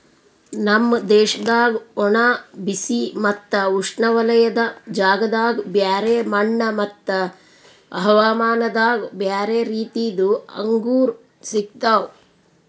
ನಮ್ ದೇಶದಾಗ್ ಒಣ, ಬಿಸಿ ಮತ್ತ ಉಷ್ಣವಲಯದ ಜಾಗದಾಗ್ ಬ್ಯಾರೆ ಮಣ್ಣ ಮತ್ತ ಹವಾಮಾನದಾಗ್ ಬ್ಯಾರೆ ರೀತಿದು ಅಂಗೂರ್ ಸಿಗ್ತವ್